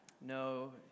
No